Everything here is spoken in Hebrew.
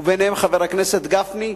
וביניהם חבר הכנסת גפני,